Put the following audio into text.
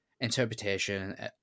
interpretation